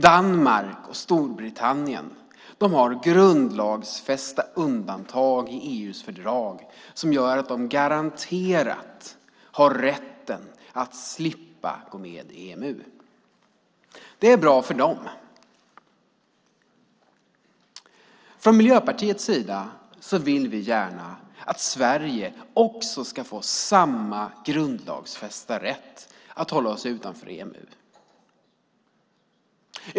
Danmark och Storbritannien har grundlagsfästa undantag i EU:s fördrag som gör att de garanterat har rätt att slippa gå med i EMU. Det är bra för dem. Från Miljöpartiets sida vill vi att Sverige ska få samma grundlagsfästa rätt att hålla sig utanför EMU.